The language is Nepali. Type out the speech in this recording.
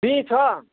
बीँ छ